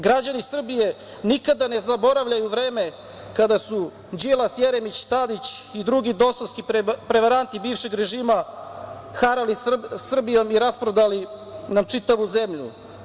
Građani Srbije nikada ne zaboravljaju vreme kada su Đilas, Jeremić, Tadić i drugi DOS-ovski prevaranti bivšeg režima harali Srbijom i rasprodali nam čitavu zemlju.